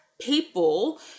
people